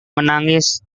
menangis